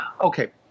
okay